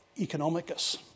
economicus